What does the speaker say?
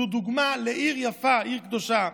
זאת דוגמה לעיר יפה, עיר קדושה.